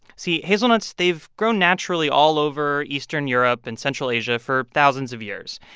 see, hazelnuts, they've grown naturally all over eastern europe and central asia for thousands of years.